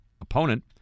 opponent